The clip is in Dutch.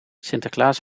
sinterklaas